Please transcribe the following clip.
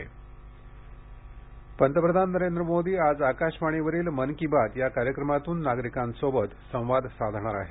मन की बात पंतप्रधान नरेंद्र मोदी आज आकाशवाणीवरील मन की बात या कार्यक्रमातून नागरिकांसोबत संवाद साधणार आहेत